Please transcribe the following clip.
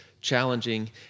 challenging